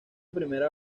primera